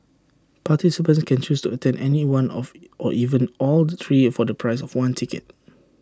participants can choose to attend any one off or even all the three for the price of one ticket